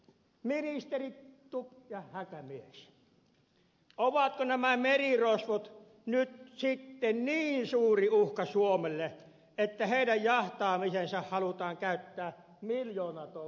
ministerit stubb ja häkämies ovatko nämä merirosvot nyt sitten niin suuri uhka suomelle että heidän jahtaamiseensa halutaan käyttää miljoonatolkulla rahaa